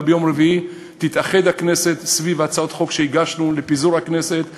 אלא ביום רביעי תתאחד סביב הצעות חוק לפיזור הכנסת שהגשנו,